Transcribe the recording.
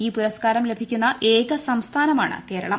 ഈ പുരസ്കാരം ലഭിക്കുന്ന ഏക സംസ്ഥാനമാണ് കേരളം